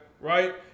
right